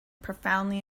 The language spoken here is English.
profoundly